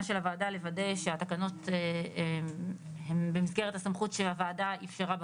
של הועדה לוודא שהתקנות הן במסגרת הסמכות שהוועדה אפשרה בחוק.